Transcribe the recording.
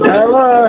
Hello